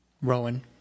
Rowan